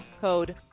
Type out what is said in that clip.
code